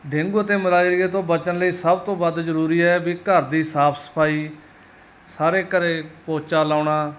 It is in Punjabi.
ਡੇਂਗੂ ਅਤੇ ਮਲੇਰੀਏ ਤੋਂ ਬਚਣ ਲਈ ਸਭ ਤੋਂ ਵੱਧ ਜ਼ਰੂਰੀ ਹੈ ਵੀ ਘਰ ਦੀ ਸਾਫ਼ ਸਫਾਈ ਸਾਰੇ ਘਰ ਪੋਚਾ ਲਗਾਉਣਾ